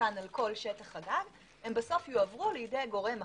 המתקן על כל שטח הגג בסוף יועברו לגורם אחר,